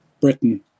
Britain